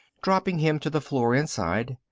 dropping him to the floor inside.